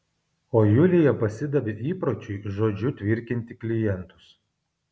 o julija pasidavė įpročiui žodžiu tvirkinti klientus